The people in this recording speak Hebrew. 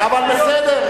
אבל בסדר.